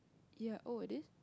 ya oh it is